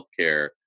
healthcare